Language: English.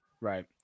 right